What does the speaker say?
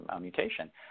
mutation